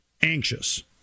anxious